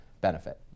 benefit